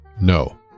no